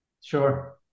Sure